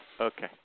Okay